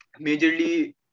majorly